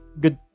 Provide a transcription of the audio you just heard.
good